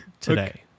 today